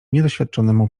niedoświadczonemu